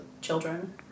children